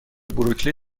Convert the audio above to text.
بروکلی